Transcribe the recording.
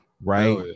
Right